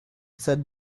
cette